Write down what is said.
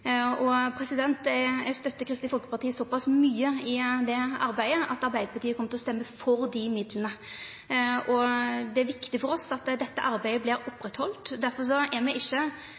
Eg støttar Kristeleg Folkeparti såpass mykje i det arbeidet at Arbeidarpartiet kjem til å stemma for dei midlane. Det er viktig for oss at ein held fram med dette arbeidet. Derfor er me ikkje